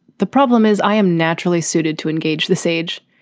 the problem is i am naturally suited to engage this age.